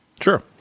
sure